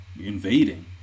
invading